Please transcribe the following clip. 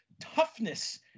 toughness